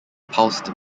pulsed